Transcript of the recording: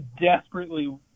desperately